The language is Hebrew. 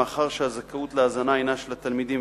מאחר שהזכאות להזנה היא של התלמידים,